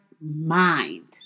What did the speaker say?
mind